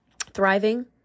thriving